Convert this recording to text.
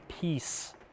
peace